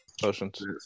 potions